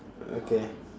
okay